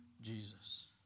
Jesus